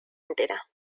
entera